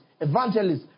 evangelists